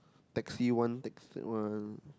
taxi one tax that one